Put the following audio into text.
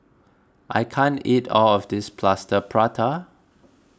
I can't eat all of this Plaster Prata